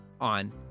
on